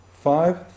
five